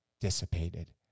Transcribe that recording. dissipated